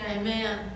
Amen